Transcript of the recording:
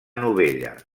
novella